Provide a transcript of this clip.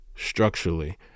structurally